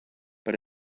but